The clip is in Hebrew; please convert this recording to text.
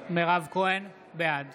כהן, בעד